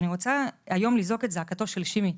אני רוצה לזעוק היום את זעקתו של שימי,